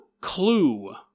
clue